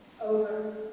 over